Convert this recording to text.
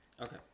okay